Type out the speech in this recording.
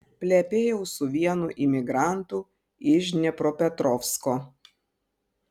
plepėjau su vienu imigrantu iš dniepropetrovsko